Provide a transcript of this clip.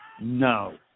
No